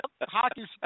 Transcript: hockey